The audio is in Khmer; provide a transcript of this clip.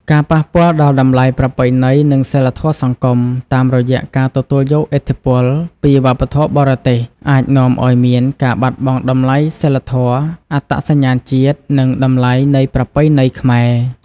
ការប៉ះពាល់ដល់តម្លៃប្រពៃណី និងសីលធម៌សង្គម តាមរយះការទទួលយកឥទ្ធិពលពី វប្បធម៌បរទេសអាចនាំឲ្យមានការបាត់បង់តម្លៃសីលធម៌ អត្តសញ្ញាណជាតិ និងតម្លៃនៃប្រពៃណីខ្មែរ។